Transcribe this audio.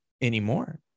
anymore